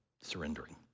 Surrendering